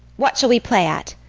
what shall we play at?